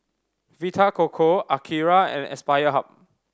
Vita Coco Akira and Aspire Hub